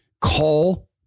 Call